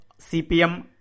CPM